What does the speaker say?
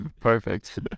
Perfect